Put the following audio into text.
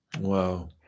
Wow